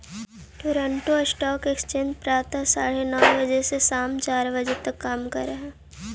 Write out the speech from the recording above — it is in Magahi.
टोरंटो स्टॉक एक्सचेंज प्रातः साढ़े नौ बजे से सायं चार बजे तक कार्य करऽ हइ